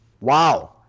Wow